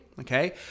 okay